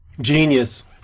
Genius